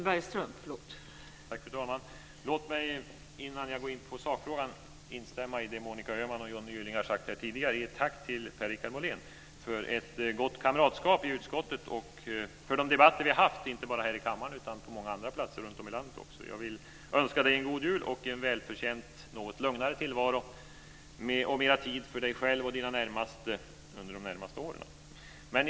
Fru talman! Låt mig innan jag går in på sakfrågan instämma i det som Monica Öhman och Johnny Gylling har sagt här tidigare. Tack, Per-Richard Molén, för ett gott kamratskap i utskottet och för de debatter vi har haft inte bara här i kammaren utan också på många andra platser runtom i landet! Jag vill önska dig en god jul, en välförtjänt något lugnare tillvaro och mera tid för dig själv och dina närmaste under de kommande åren.